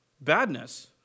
badness